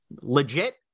legit